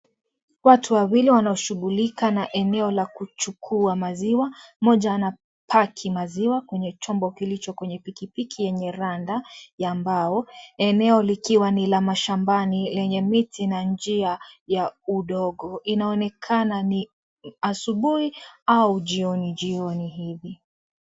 Watu wawili wanaoshughulika na eneo la kuchukua maziwa. Mmoja anapaki maziwa kwenye chombo kilicho kwenye pikipiki yenye rada ya mbao, eneo likiwa ni la mashambani lenye miti na njia ya udongo. Inaonekana ni asubuhi au jioni jioni hivi.